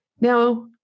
Now